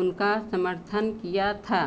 उनका समर्थन किया था